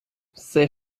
все